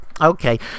Okay